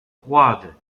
froide